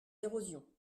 d’érosion